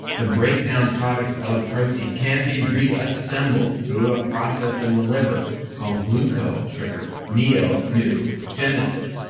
the breakdown products of protein can be reassembled through a process in the liver called gluco, sugar, neo, new, genesis.